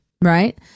right